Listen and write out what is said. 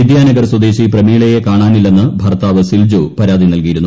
വിദ്യാനഗർ സ്വദേശി പ്രമീളയെ കാണാനില്ലെന്ന് ഭർത്താവ് സിൽജോ പരാതി നൽകിയിരുന്നു